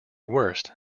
worst